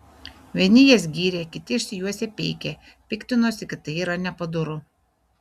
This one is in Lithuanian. vieni jas gyrė kiti išsijuosę peikė piktinosi kad tai yra nepadoru